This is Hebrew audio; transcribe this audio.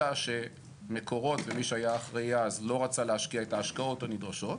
אלא שמקורות ומי שהיה אחראי אז לא רצה להשקיע את ההשקעות הנדרשות,